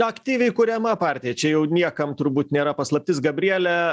aktyviai kuriama partija čia jau niekam turbūt nėra paslaptis gabriele